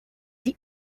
the